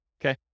Okay